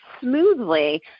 smoothly –